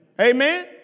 Amen